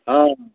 अँ